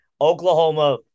Oklahoma